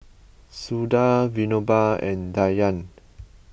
Suda Vinoba and Dhyan